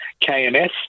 KMS